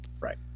Right